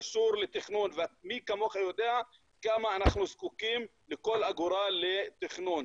קשור לתכנון ומי כמוך יודע כמה אנחנו זקוקים לכל אגורה לתכנון.